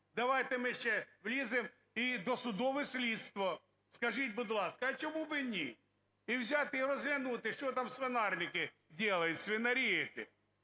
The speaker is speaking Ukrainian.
Давайте ми ще вліземо і в досудове слідство. Скажіть, будь ласка, а чому б і ні? І взяти і розглянути, що там в свинарнике делают свинари